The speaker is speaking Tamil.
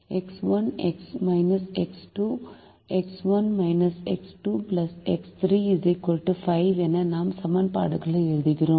X 1 x 2 x 1 x 2 x 3 5 என நாம் சமன்பாடுகளை எழுதுகிறோம்